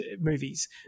movies